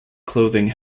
clothing